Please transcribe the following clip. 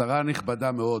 שרה נכבדה מאוד,